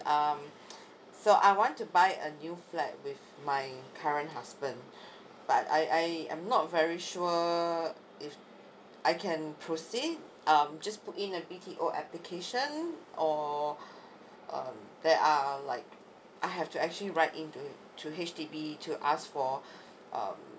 um so I want to buy a new flat with my current husband but I I I'm not very sure if I can proceed um just put in a B T O application or um there are like I have to actually write in to to H_D_B to ask for um